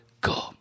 go